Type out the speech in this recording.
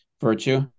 virtue